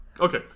okay